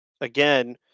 again